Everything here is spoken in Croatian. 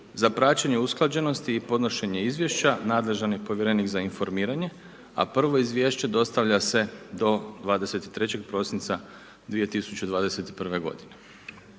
Za praćenje usklađenosti i podnošenja izvješća nadležan je povjerenik za informiranje a prvo izvješće dostavlja se do 23. prosinca 2021. g.